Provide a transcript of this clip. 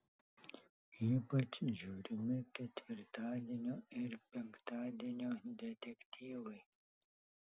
ypač žiūrimi ketvirtadienio ir penktadienio detektyvai